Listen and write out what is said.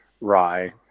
rye